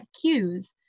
CUES